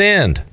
end